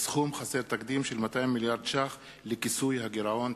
סכום חסר תקדים של 200 מיליארד ש"ח לכיסוי הגירעון,